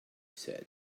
said